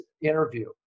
interview